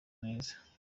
neza